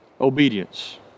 Obedience